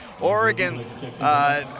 Oregon